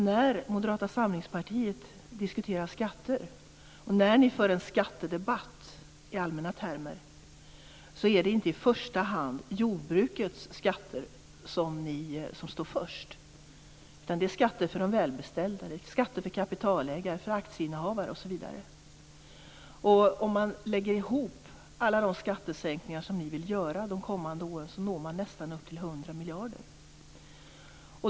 När Moderata samlingspartiet diskuterar skatter och när ni för en skattedebatt i allmänna termer är det inte i första hand jordbrukets skatter som står först, utan det är skatter för de välbeställda, det är skatter för kapitalägare, för aktieinnehavare osv. Om man lägger ihop alla de skattesänkningar som ni vill göra de kommande åren når man nästan upp till 100 miljarder.